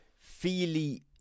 feely